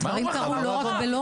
דברים קרו לא רק בלוד.